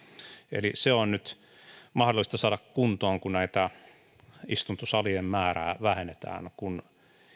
eli se on nyt mahdollista saada kuntoon kun näiden istuntosalien määrää vähennetään kun